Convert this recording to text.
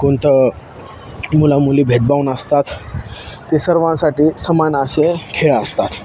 कोणतं मुलामुली भेदभाव नसतात ते सर्वांसाठी समान असे खेळ असतात